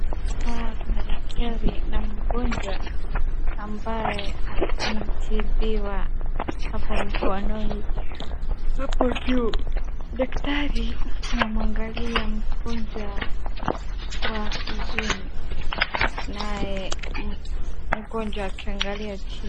Hapa kuna daktari na mgonjwa ambaye anatibiwa hapo mkononi hapo juu. Daktari anamwangalia mgonjwa kwa uzuni. Naye mgonjwa akiangalia chini.